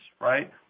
right